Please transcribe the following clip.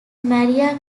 maria